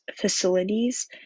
facilities